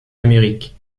amérique